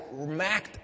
macked